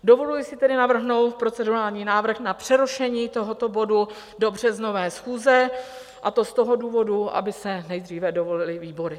Dovoluji si tedy navrhnout procedurální návrh na přerušení tohoto bodu do březnové schůze, a to z toho důvodu, aby se nejdříve dovolily výbory.